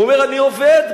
אני עובד.